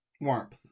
warmth